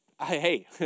hey